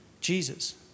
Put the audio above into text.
Jesus